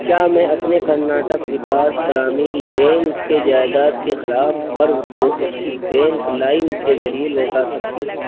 کیا میں اپنے کرناٹک وکاس گرامین بینک کے جائیداد کے خلاف قرض کو ایکسز بینک لائم کے ذریعے لوٹا سکتی ہوں